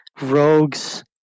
rogues